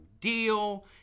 deal